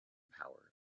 power